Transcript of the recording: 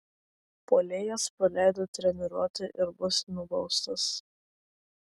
puolėjas praleido treniruotę ir bus nubaustas